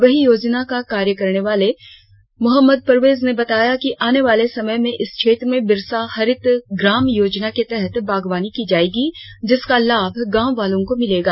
वहीं योजना का कार्य कराने वाले मो परवेज ने बताया कि आने वाले समय में इस क्षेत्र में बिरसा हरित ग्राम योजना के तहत बागवानी की जाएगी जिसका लाभ गांव वालों को मिलेगा